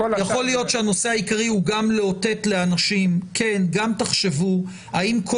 יכול להיות שהנושא העיקרי הוא גם לאותת לאנשים לחשוב האם כל